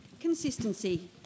Consistency